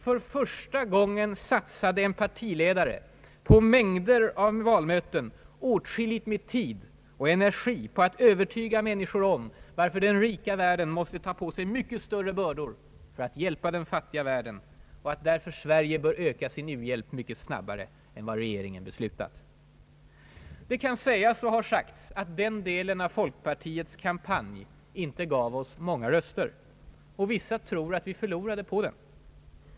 För första gången satsade en partiledare på mängder av valmöten åtskilligt med tid och energi på att övertyga människor om varför den rika världen måste ta på sig mycket större bördor för att hjälpa den fattiga världen och att Sverige därför bör öka sin u-hjälp mycket snabbare än regeringen beslutat. Det kan sägas, och det har också sagts, att den delen av folkpartiets kampanj inte gav oss många röster. Vissa tror att vi förlorade på den.